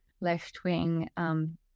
left-wing